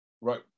Right